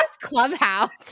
clubhouse